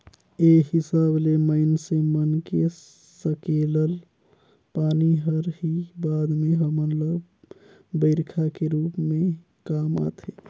ए हिसाब ले माइनसे मन के सकेलल पानी हर ही बाद में हमन ल बईरखा के रूप में काम आथे